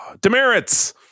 Demerits